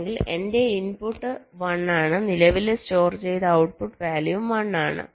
അല്ലെങ്കിൽ എന്റെ ഇൻപുട്ട് 1 ആണ് നിലവിലെ സ്റ്റോർ ചെയ്ത ഔട്ട്പുട്ട് വാല്യൂവും 1 ആണ്